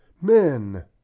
MEN